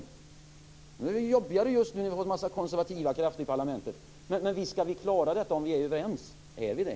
Just nu är det jobbigare när vi har fått en massa konservativa krafter i parlamentet, men visst skall vi klara det om vi är överens. Är vi det?